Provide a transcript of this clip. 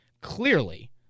clearly